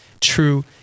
true